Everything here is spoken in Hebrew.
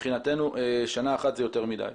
מבחינתנו שנה אחת זה יותר מדי.